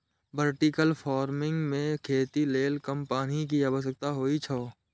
vertical farming मे खेती लेल कम पानि के आवश्यकता होइ छै